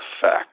fact